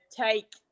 take